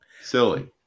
Silly